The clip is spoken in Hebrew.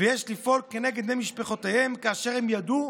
ויש לפעול כנגד בני משפחותיהם כאשר הם ידעו